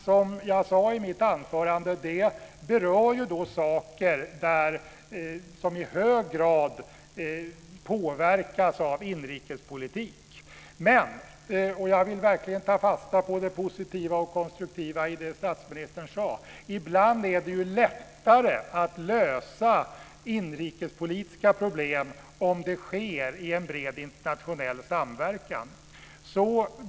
Som jag sade i mitt anförande berör det saker som i hög grad påverkas av inrikespolitik. Men - och jag vill verkligen ta fasta på det positiva och konstruktiva i det som statsministern sade - ibland är det lättare att lösa inrikespolitiska problem om det sker i en bred internationell samverkan.